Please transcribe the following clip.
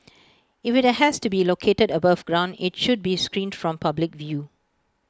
if IT has to be located above ground IT should be screened from public view